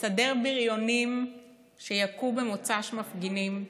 לסדר בריונים שיכו במוצ"ש מפגינים,